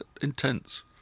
intense